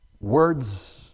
Words